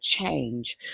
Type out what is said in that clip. change